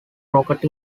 rocket